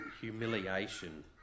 humiliation